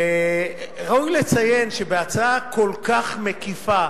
ראוי לציין שבהצעה כל כך מקיפה,